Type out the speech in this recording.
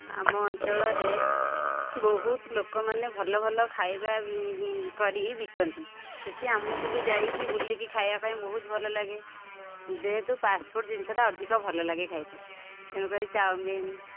ଆମ ଅଞ୍ଚଳରେ ବହୁତ ଲୋକମାନେ ଭଲ ଭଲ ଖାଇବା କରି ବିକନ୍ତି ସେଠି ଆମକୁ ବି ଯାଇକି ବୁଲିକି ଖାଇବା ପାଇଁ ବହୁତ ଭଲ ଲାଗେ ଯେହେତୁ ଫାଷ୍ଟଫୁଡ଼୍ ଜିନିଷଟା ଅଧିକ ଭଲ ଲାଗେ ଖାଇତେ ତେଣୁକରି ଚାଓମିନ୍